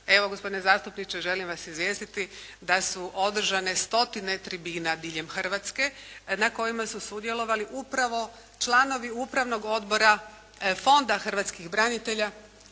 Evo gospodine zastupniče, želim vas izvijestiti da su održane stotine tribina diljem Hrvatske na kojima su sudjelovali upravo članovi Upravnog odbora Fonda hrvatskih branitelja